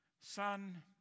Son